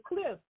cliff